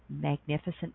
magnificent